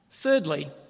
Thirdly